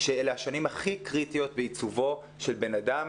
שאלה השנים הכי קריטיות בעיצובו של בן אדם,